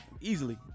easily